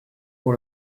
pour